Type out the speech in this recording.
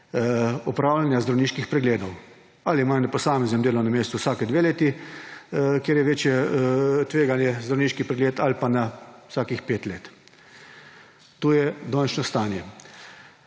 opravljanja zdravniških pregledov. Ali imajo na posameznem delovnem mestu vsaki dve leti, kjer je večje tveganje, zdravniški pregled ali pa na vsakih pet let. To je današnje stanje.